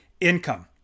income